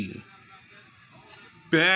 back